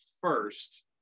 First